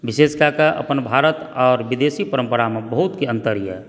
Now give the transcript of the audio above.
विशेष कए कऽ अपन भारत और विदेशी परम्परामे बहुतके अन्तर यऽ